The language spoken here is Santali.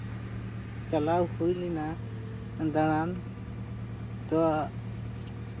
ᱪᱟᱞᱟᱣ ᱦᱩᱭ ᱞᱮᱱᱟ ᱫᱟᱬᱟᱱ ᱛᱚ